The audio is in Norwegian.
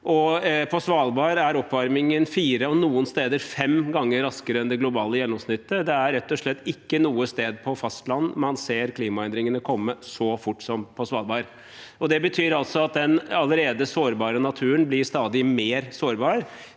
På Svalbard skjer oppvarmingen fire ganger – noen steder fem ganger – raskere enn det globale gjennomsnittet. Det er rett og slett ikke noe sted på fastlandet man ser klimaendringene komme så fort som på Svalbard. Det betyr at den allerede sårbare naturen blir stadig mer sårbar.